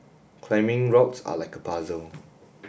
climbing routes are like a puzzle